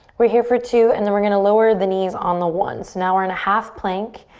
we're here for two and then we're going to lower the knees on the one. so now we're in a half plank.